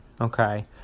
okay